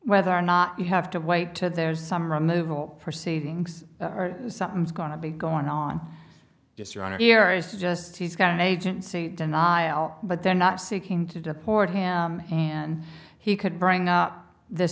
whether or not you have to wait to there's some removal proceedings or something is going to be going on just your honor here is just he's got an agency denial but they're not seeking to deport him and he could bring up the